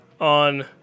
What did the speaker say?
on